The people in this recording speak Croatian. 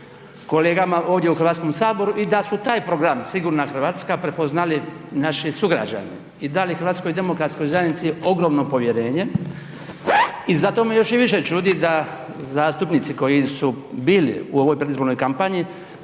kolegama ovdje u HS i da su taj program Sigurna RH prepoznali naši sugrađani i dali HDZ-u ogromno povjerenje i zato me još i više čudi da zastupnici koji su bili u ovoj predizbornoj kampanji